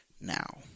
now